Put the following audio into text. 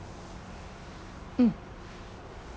mm